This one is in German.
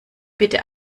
bitte